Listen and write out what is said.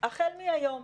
החל מהיום.